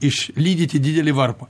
išlydyti didelį varpą